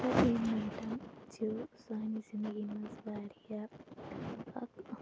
entertainment چھُ سانہِ زِندگی منٛز واریاہ اکھ اَہم